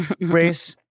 race